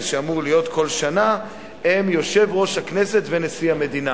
שאמור להיות כל שנה הם יושב-ראש הכנסת ונשיא המדינה.